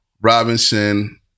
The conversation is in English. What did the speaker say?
Robinson